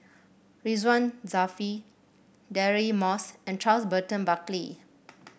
Ridzwan Dzafir Deirdre Moss and Charles Burton Buckley